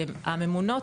הממונות,